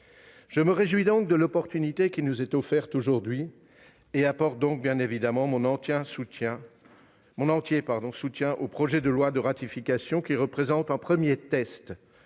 Je me réjouis donc de l'occasion qui nous est offerte aujourd'hui et apporte donc bien évidemment mon entier soutien au projet de loi de ratification, qui représente un premier test.